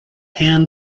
hand